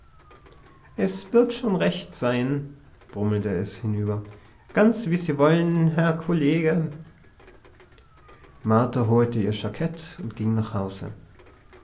es wird schon recht sein brummelte es hinüber ganz wie sie wollen herr kollege martha holte ihr jackett und ging nach hause